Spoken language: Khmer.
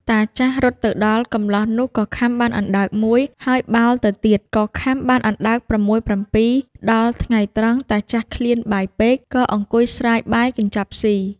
តាចាស់រត់ទៅដល់ កម្លោះនោះក៏ខាំបានអណ្ដើកមួយ ហើយបោលទៅទៀត ក៏ខាំបានអណ្ដើក ៦-៧ ដល់ថ្ងៃត្រង់តាចាស់ឃ្លានបាយពេក ក៏អង្គុយស្រាយបាយកញ្ចប់ស៊ី។